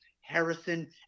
Harrison